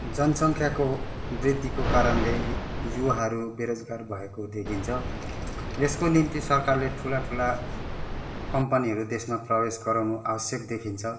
जनसङ्ख्याको वृद्धिको कारणले युवाहरू बेरोजगार भएको देखिन्छ यसको निम्ति सरकारले ठुला ठुला कम्पनीहरू देशमा प्रवेश गराउनु आवश्यक देखिन्छ